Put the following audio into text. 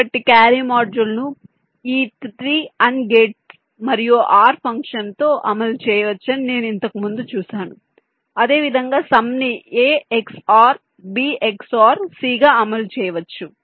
కాబట్టి క్యారీ మాడ్యూల్ను ఈ 3 AND గేట్లు మరియు OR ఫంక్షన్తో అమలు చేయవచ్చని నేను ఇంతకు ముందు చూశాను అదేవిధంగా సమ్ ని A XOR B XOR C గా అమలు చేయవచ్చు